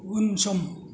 उनसं